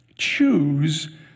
choose